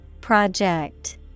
Project